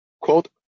quote